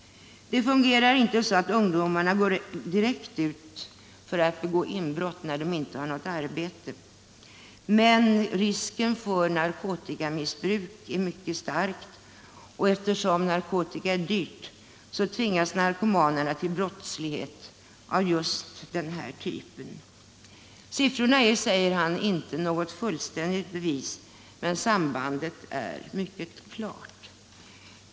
Det fungerar inte så att ungdomarna går direkt ut och gör inbrott när de inte har något arbete. Men risken för narkotikamissbruk är mycket stor, och eftersom narkotika är dyrt tvingas narkomanerna till brottslighet av den här typen. Siffrorna är inte något fullständigt bevis, säger han, men sambandet är mycket klart.